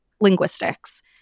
linguistics